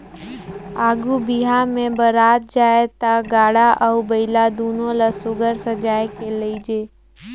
आघु बिहा मे बरात जाए ता गाड़ा अउ बइला दुनो ल सुग्घर सजाए के लेइजे